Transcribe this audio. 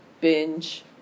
binge